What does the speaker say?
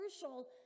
crucial